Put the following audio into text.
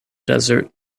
desert